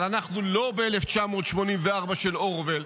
אבל אנחנו לא ב-1984 של אורוול,